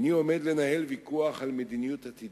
איני עומד לנהל ויכוח על מדיניות עתידית.